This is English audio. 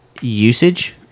usage